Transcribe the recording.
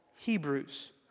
Hebrews